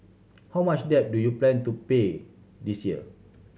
how much debt do you plan to pay this year